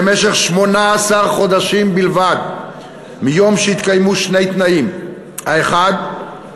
למשך 18 חודשים בלבד מיום שהתקיימו שני תנאים: האחד,